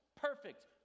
perfect